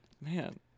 Man